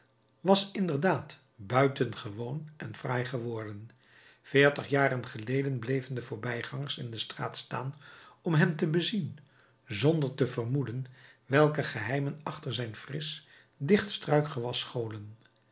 was inderdaad buitengewoon en fraai geworden veertig jaren geleden bleven de voorbijgangers in de straat staan om hem te bezien zonder te vermoeden welke geheimen achter zijn frisch dicht struikgewas scholen